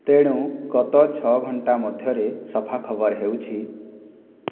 ତେଣୁ ଗତ ଛଅ ଘଣ୍ଟା ମଧ୍ୟରେ ସଫା ଖବର ହେଉଛି